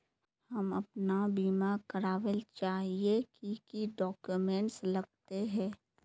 हम अपन बीमा करावेल चाहिए की की डक्यूमेंट्स लगते है?